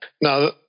Now